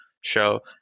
show